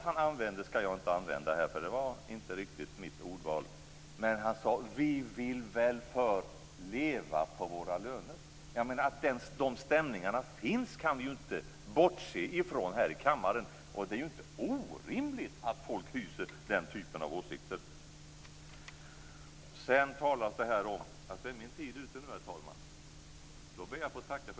Hans ordval skall jag inte använda här, för det var inte riktigt mitt eget, men han sade: Vi vill väl först leva på våra löner! Att sådana stämningar finns kan vi inte bortse från här i kammaren. Det är inte orimligt att folk hyser den här typen av åsikter.